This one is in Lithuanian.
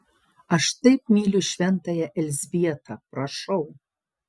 aš taip myliu šventąją elzbietą prašau